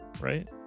right